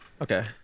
Okay